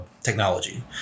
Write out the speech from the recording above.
technology